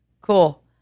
Cool